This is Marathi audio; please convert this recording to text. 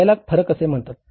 याला फरक असे म्हणतात